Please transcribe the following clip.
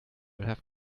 have